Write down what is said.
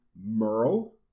Merle